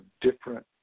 different